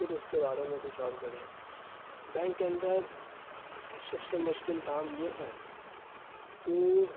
پھر اس کے بارے میں کچھ اور کرے بینک کے اندر سب سے مشکل کام یہ ہے کہ